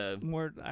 more